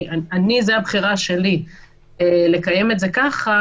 זו בחירתי לקיים את זה כך,